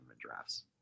drafts